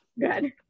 good